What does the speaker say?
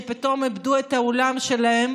שפתאום איבדו את העולם שלהם